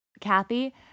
Kathy